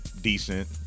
decent